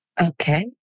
Okay